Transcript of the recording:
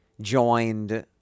joined